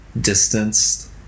distanced